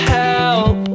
help